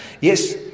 Yes